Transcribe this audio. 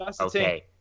okay